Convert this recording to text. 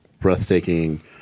breathtaking